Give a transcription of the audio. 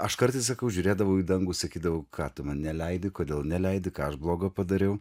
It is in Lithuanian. aš kartais sakau žiūrėdavau į dangų sakydavau ką tu man neleidi kodėl neleidi ką blogo padariau